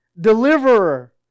deliverer